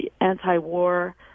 anti-war